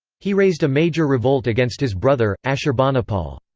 he raised a major revolt against his brother, ashurbanipal.